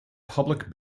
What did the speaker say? public